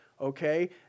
okay